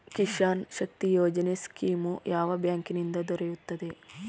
ಕಿಸಾನ್ ಶಕ್ತಿ ಯೋಜನೆ ಸ್ಕೀಮು ಯಾವ ಬ್ಯಾಂಕಿನಿಂದ ದೊರೆಯುತ್ತದೆ?